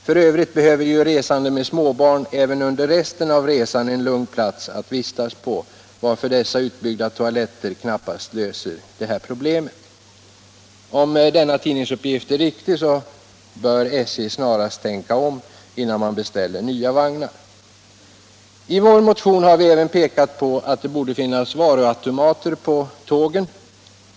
F. ö. behöver ju resande med småbarn även under resten av resan en lugn plats att vistas på, och dessa utbyggda toaletter löser knappast det problemet. Om tidningsuppgiften är riktig bör SJ snarast tänka om innan man beställer några nya vagnar. I vår motion har vi även pekat på att det borde finnas varuautomater på tågen.